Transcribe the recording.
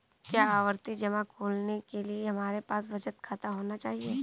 क्या आवर्ती जमा खोलने के लिए हमारे पास बचत खाता होना चाहिए?